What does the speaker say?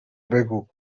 بگو